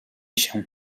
się